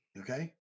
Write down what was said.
Okay